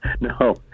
No